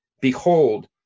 Behold